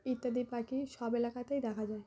ইত্যাদি পাখি সব এলাকাতেই দেখা যায়